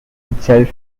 itself